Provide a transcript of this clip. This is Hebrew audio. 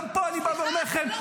גם פה אני בא ואומר לכם,